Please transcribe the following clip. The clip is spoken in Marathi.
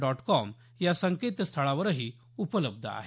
डॉट कॉम या संकेतस्थळावरही उपलब्ध आहे